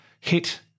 hit